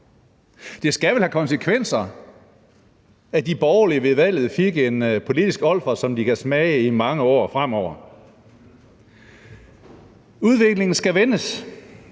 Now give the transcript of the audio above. Det skal vel have konsekvenser, at de borgerlige ved valget fik en politisk olfert, som de kan smage i mange år frem. Udviklingen skal vendes,